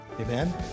amen